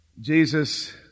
Jesus